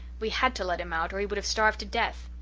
we had to let him out or he would have starved to death.